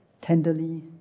tenderly